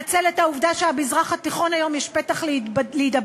נצל את העובדה שבמזרח התיכון היום יש פתח להידברות,